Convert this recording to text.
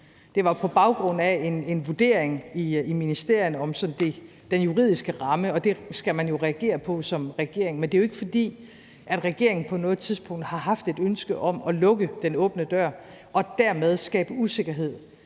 Det var på baggrund af en vurdering i ministerierne af sådan den juridiske ramme, og det skal man jo reagere på som regering. Men det er jo ikke, fordi regeringen på noget tidspunkt har haft et ønske om at lukke åben dør-ordningen og dermed skabe usikkerhed,